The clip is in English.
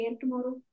tomorrow